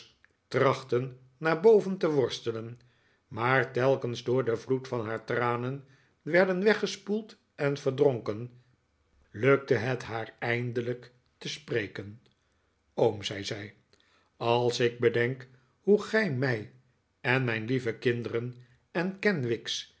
trachtten naar boven te worsteien maar telkens door den vloed van haar tranen werden weggespoeld en verdronken lukte het haar eindelijk te spreken oom zei zij als ik bedenk hoe gij mij en mijn lieve kinderen en kenwigs die